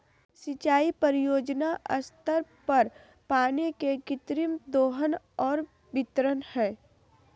सिंचाई परियोजना स्तर पर पानी के कृत्रिम दोहन और वितरण हइ